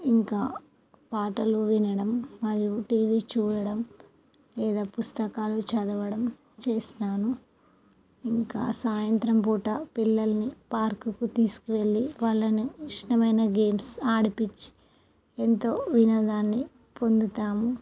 ఇంకా పాటలు వినడం మరియు టీవీ చూడడం లేదా పుస్తకాలు చదవడం చేస్తాను ఇంకా సాయంత్రం పూట పిల్లలని పార్కుకు తీసుకు వెళ్ళి వాళ్ళను ఇష్టమైన గేమ్స్ ఆడిపించి ఎంతో వినోదాన్ని పొందుతాము